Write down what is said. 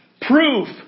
proof